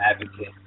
advocate